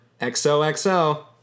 XOXO